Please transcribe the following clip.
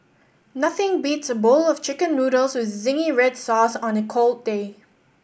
nothing beats a bowl of Chicken Noodles with zingy red sauce on a cold day